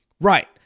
right